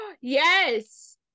Yes